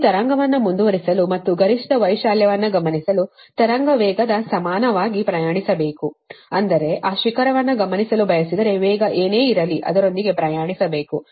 ಈಗ ತರಂಗವನ್ನು ಮುಂದುವರಿಸಲು ಮತ್ತು ಗರಿಷ್ಠ ವೈಶಾಲ್ಯವನ್ನು ಗಮನಿಸಲು ತರಂಗ ವೇಗದ ಸಮಾನವಾಗಿ ಪ್ರಯಾಣಿಸಬೇಕು ಅಂದರೆ ಆ ಶಿಖರವನ್ನು ಗಮನಿಸಲು ಬಯಸಿದರೆ ವೇಗ ಏನೇ ಇರಲಿ ಅದರೊಂದಿಗೆ ಪ್ರಯಾಣಿಸಬೇಕು